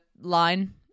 line